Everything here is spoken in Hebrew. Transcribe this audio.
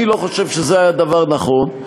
אני לא חושב שזה היה דבר נכון.